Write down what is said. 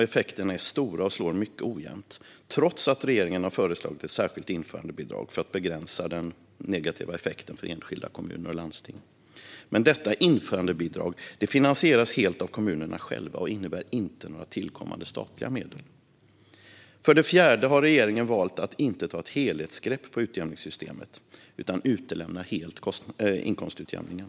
Effekterna är stora och slår mycket ojämnt, trots att regeringen har föreslagit ett särskilt införandebidrag för att begränsa den negativa effekten för enskilda kommuner och landsting. Men detta införandebidrag finansieras helt av kommunerna själva och innebär inte några tillkommande statliga medel. För det fjärde har regeringen valt att inte ta ett helhetsgrepp på utjämningssystemet utan utelämnar helt inkomstutjämningen.